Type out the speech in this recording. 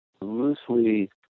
loosely